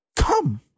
Come